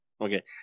Okay